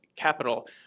capital